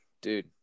dude